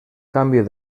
cambio